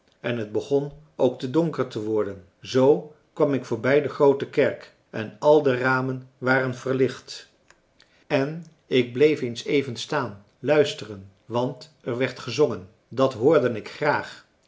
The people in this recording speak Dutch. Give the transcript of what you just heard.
en het begon ook te donker te worden zoo kwam ik voorbij de groote kerk en al de ramen waren verlicht en ik bleef eens even staan luisteren want er werd gezongen dat hoorde ik graag